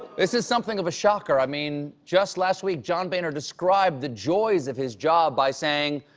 this is something of a shocker. i mean just last week, john boehner described the joys of his job by saying,